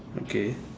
okay